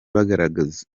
bagaragaza